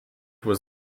was